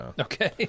Okay